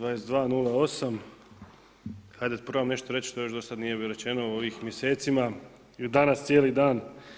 22.08, ajde da probam nešto reći što još do sad nije bilo rečeno u ovim mjesecima i danas cijeli dan.